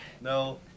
No